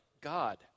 God